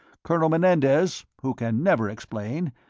colonel menendez, who can never explain,